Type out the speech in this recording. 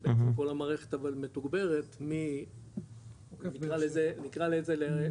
שבעצם כל המערכת מתוגברת מנקרא לזה,